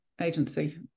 agency